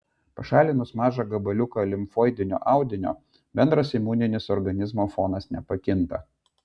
pašalinus mažą gabaliuką limfoidinio audinio bendras imuninis organizmo fonas nepakinta